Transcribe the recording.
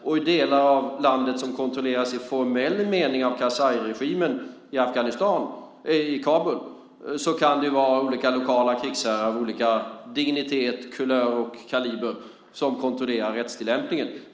Och i delar av landet som i formell mening kontrolleras av Karzairegimen i Kabul kan det vara olika lokala krigsherrar av olika dignitet, kulör och kaliber som kontrollerar rättstillämpningen.